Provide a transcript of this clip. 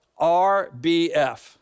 RBF